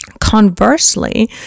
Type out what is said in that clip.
Conversely